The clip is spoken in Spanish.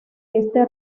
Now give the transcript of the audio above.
este